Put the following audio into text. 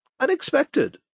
unexpected